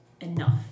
enough